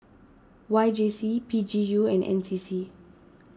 Y J C P G U and N C C